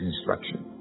instruction